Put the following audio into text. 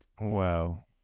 Wow